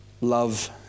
Love